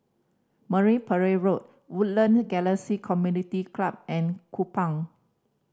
Marine Parade Road Woodland Galaxy Community Club and Kupang